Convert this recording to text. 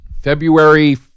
February